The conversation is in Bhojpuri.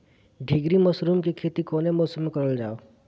ढीघरी मशरूम के खेती कवने मौसम में करल जा?